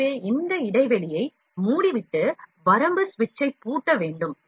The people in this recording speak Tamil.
எனவே இந்த இடைவெளியை மூடிவிட்டு வரம்பு சுவிட்சை பூட்ட வேண்டும்